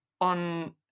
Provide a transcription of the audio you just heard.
on